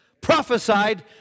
prophesied